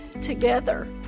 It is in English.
together